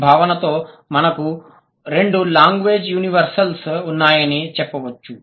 ఈ భావనతో మనకు రెండు లాంగ్వేజ్ యూనివెర్సల్స్ ఉన్నాయని చెప్పవచ్చు